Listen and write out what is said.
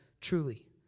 truly